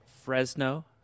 Fresno